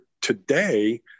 today